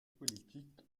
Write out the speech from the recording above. politique